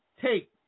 Take